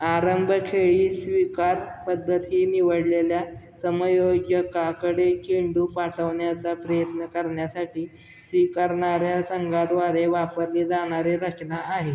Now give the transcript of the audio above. आरंभखेळी स्वीकार पद्धत ही निवडलेल्या समायोजकाकडे चेंडू पाठवण्याचा प्रयत्न करण्यासाठी स्वीकारणाऱ्या संघाद्वारे वापरली जाणारी रचना आहे